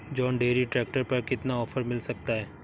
John Deere tractor पर कितना offer मिल सकता है?